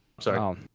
Sorry